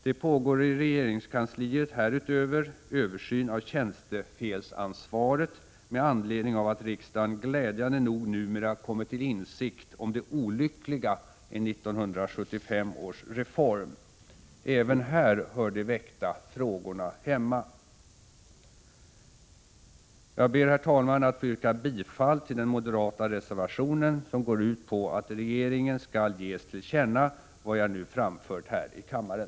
Det pågår i regeringskansliet härutöver en översyn av tjänstefelsansvaret med anledning av att riksdagen glädjande nog numera kommit till insikt om det olyckliga i 1975 års reform. Även här hör de väckta frågorna hemma. Jag ber, herr talman, att få yrka bifall till den moderata reservationen som går ut på att regeringen skall ges till känna vad jag nu har framfört här i kammaren.